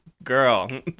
Girl